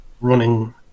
running